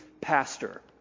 pastor